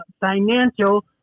financial